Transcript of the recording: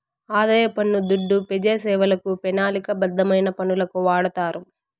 ఆదాయ పన్ను దుడ్డు పెజాసేవలకు, పెనాలిక బద్ధమైన పనులకు వాడతారు